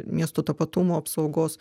miesto tapatumo apsaugos